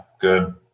Good